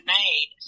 made